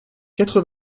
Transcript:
quatre